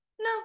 no